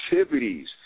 activities